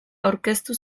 aurkeztu